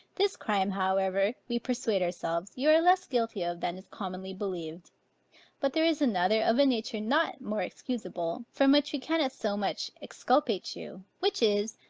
this crime, however, we persuade ourselves, you are less guilty of, than is commonly believed but there is another of a nature not more excusable, from which we cannot so much exculpate you which is,